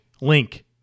link